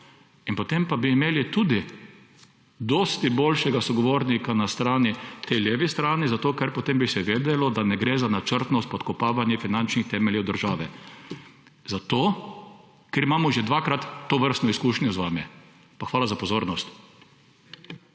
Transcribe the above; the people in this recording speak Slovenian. In potem bi imeli tudi dosti boljšega sogovornika na tej levi strani, zato ker potem bi se vedelo, da ne gre za načrtno spodkopavanje finančnih temeljev države. Zato ker imamo že dvakrat tovrstno izkušnjo z vami. Pa hvala za pozornost.